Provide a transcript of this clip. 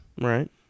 right